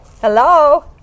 Hello